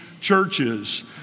churches